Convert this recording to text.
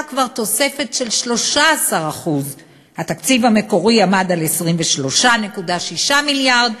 כבר תוספת של 13% התקציב המקורי עמד על 23.6 מיליארד,